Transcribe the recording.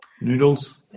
Noodles